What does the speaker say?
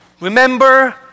remember